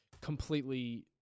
completely